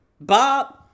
Bob